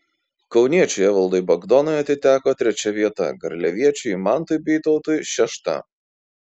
kauniečiui evaldui bagdonui atiteko trečia vieta garliaviečiui mantui bytautui šešta